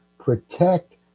protect